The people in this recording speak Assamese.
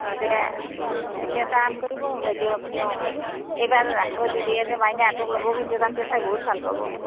দে একটা কাম কৰিব বাইদেউ আপনিও এইবাৰ ৰাসৰ কিদিন মাইনাহঁতক লাবা কিন্তু তেহঁতে চাই বহুত ভাল পাব